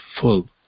full